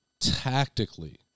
tactically